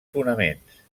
fonaments